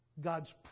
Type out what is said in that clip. God's